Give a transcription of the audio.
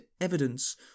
evidence